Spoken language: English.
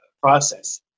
process